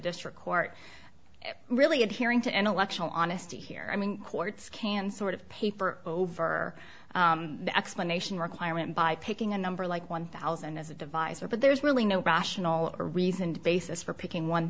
district court really adhering to and electional honesty here i mean courts can sort of paper over the explanation requirement by picking a number like one thousand as a divisor but there's really no rational or reasoned basis for picking one